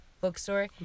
Bookstore